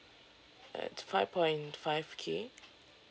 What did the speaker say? it's five point five K